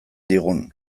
digun